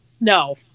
No